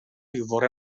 fore